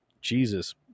Jesus